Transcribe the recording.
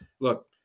look